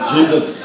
Jesus